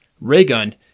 Raygun